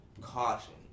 caution